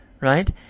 Right